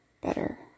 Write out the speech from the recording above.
better